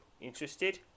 Interested